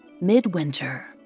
Midwinter